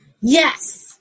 Yes